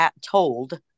told